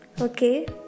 okay